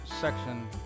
section